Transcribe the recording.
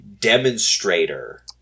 demonstrator